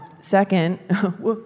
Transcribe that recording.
second